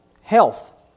health